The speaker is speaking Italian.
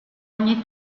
ogni